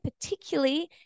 particularly